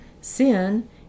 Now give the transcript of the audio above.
sin